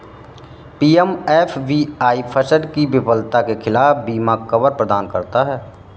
PMFBY फसल की विफलता के खिलाफ बीमा कवर प्रदान करता है